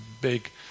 big